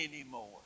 anymore